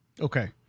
Okay